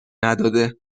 نداده